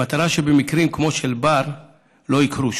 במטרה שמקרים כמו של בר לא יקרו שוב.